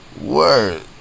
Word